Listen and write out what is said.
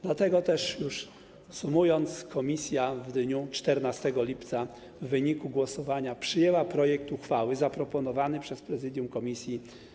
Dlatego też, już podsumowując, komisja w dniu 14 lipca w wyniku głosowania przyjęła projekt uchwały zaproponowany przez prezydium komisji.